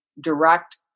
direct